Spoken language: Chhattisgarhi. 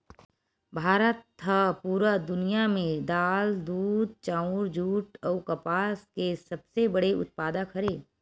भारत हा पूरा दुनिया में दाल, दूध, चाउर, जुट अउ कपास के सबसे बड़े उत्पादक हरे